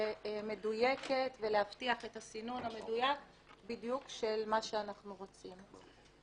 מדויקת ולהבטיח את הסינון המדויק בדיוק של מה שאנחנו רוצים.